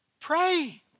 pray